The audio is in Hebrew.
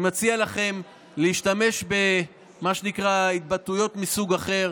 אני מציע לכם להשתמש במה שנקרא התבטאויות מסוג אחר.